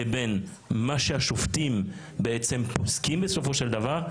לבין מה שהשופטים בעצם פוסקים בסופו של דבר,